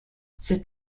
cet